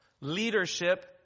Leadership